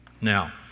Now